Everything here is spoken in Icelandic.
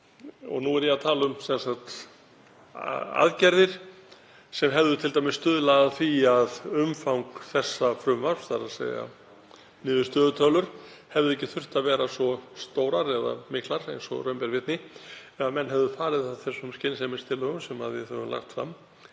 og nú er ég að tala um aðgerðir sem hefðu t.d. stuðlað að því að umfang þessa frumvarps, þ.e. niðurstöðutölur, hefðu ekki þurft að vera svo stórar eða miklar eins og raun ber vitni, ef menn hefðu farið að þeim skynsemistillögum sem við höfum lagt fram,